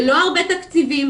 ללא הרבה תקציבים.